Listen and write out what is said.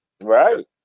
Right